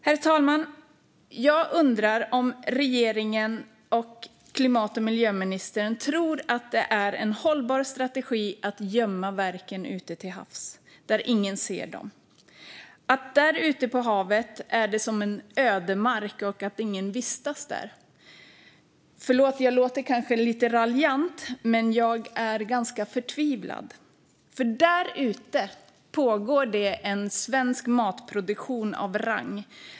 Herr talman! Jag undrar om regeringen och klimat och miljöministern tror att det är en hållbar strategi att gömma verken ute till havs, där ingen ser dem - att det där ute på havet är som en ödemark där ingen vistas. Förlåt, jag låter kanske lite raljant, men jag är ganska förtvivlad. Där ute pågår nämligen svensk matproduktion av rang.